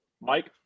Mike